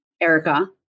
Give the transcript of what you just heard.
Erica